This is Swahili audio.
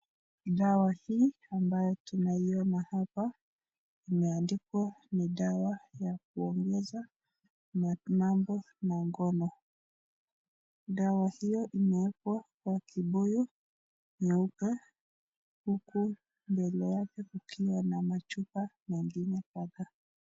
Dawa hii ambayo tunaiona hapa imeandikwa ni dawa ya kuongeza mambo na ngono, dawa hiyo imewekwa kwa kibuyu nyeupe huku mbele yake kukiwa na machupa mengine kadhaa.